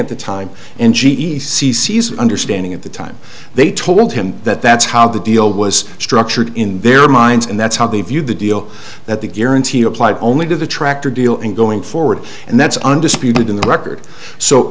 at the time and g e c sees understanding at the time they told him that that's how the deal was structured in their minds and that's how they view the deal that the guarantee applied only to the tractor deal and going forward and that's undisputed in the record so